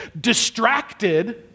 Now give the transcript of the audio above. distracted